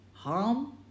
Harm